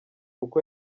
uko